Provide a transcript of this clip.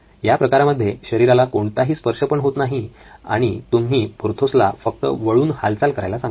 या प्रकारामध्ये शरीराला कोणताही स्पर्श पण होत नाही आणि तुम्ही पोर्थोसला फक्त वळून हालचाल करायला सांगता